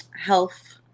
health